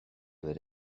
bere